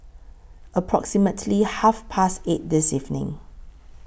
approximately Half Past eight This evening